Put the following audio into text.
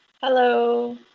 Hello